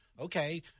okay